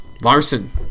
Larson